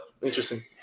interesting